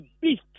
beast